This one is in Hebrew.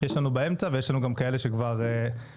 יש לנו באמצע ויש לנו גם כאלה שכבר עשו